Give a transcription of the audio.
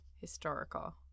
Historical